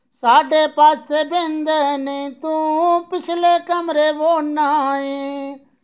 साढ़े पास्से बिंद नि तूं पिछले कमरे बौह्न्ना ऐं